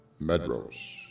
Medros